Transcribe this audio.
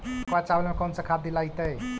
कनकवा चावल में कौन से खाद दिलाइतै?